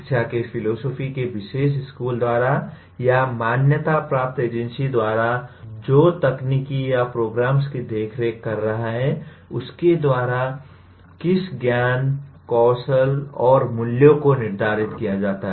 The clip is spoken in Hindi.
शिक्षा के फिलोसोफी के विशेष स्कूल द्वारा या मान्यता प्राप्त एजेंसी द्वारा जो तकनीकी या प्रोग्राम्स की देखरेख कर रहा है उसके द्वारा किस ज्ञान कौशल और मूल्यों को निर्धारित किया जाता है